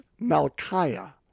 Malchiah